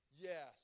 Yes